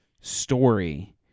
story